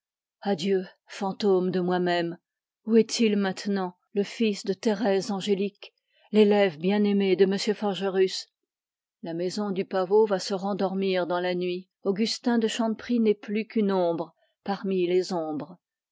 adieu fantômes de moi-même où est-il maintenant le fils de thérèseangélique l'élève bien-aimé de m forgerus la maison du pavot va se rendormir dans la nuit augustin de chanteprie n'est plus qu'une ombre parmi les ombres